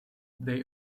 they